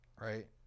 right